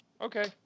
okay